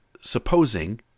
supposing